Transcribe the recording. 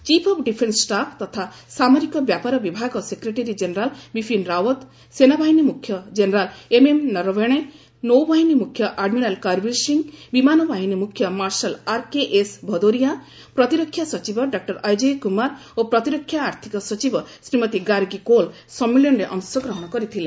chief of defence staff ତଥା ସାମରିକ ବ୍ୟାପାର ବିଭାଗ ସେକ୍ରେଟାରୀ ଜେନେରାଲ୍ ବିପିନ୍ ରାଓ୍ୱତ୍ ସେନାବାହିନୀ ମୁଖ୍ୟ ଜେନେରାଲ୍ ଏମ୍ଏମ୍ ନରବଣେ ନୌବାହିନୀ ମୁଖ୍ୟ ଆଡମିରାଲ୍ କରବୀର ସିଂହ ବିମାନ ବାହିନୀ ମ୍ରଖ୍ୟ ମାର୍ସାଲ୍ ଆର୍କେଏସ୍ ଭଦୋରିଆ ପ୍ରତିରକ୍ଷା ସଚିବ ଡକୁର ଅଜୟ କ୍ରମାର ଓ ପ୍ରତିରକ୍ଷା ଆର୍ଥିକ ସଚିବ ଶ୍ରୀମତୀ ଗାର୍ଗି କୌଲ୍ ସମ୍ମିଳନୀରେ ଅଂଶଗ୍ରହଣ କରିଥିଲେ